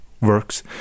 works